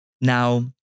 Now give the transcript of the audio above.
Now